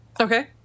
Okay